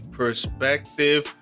perspective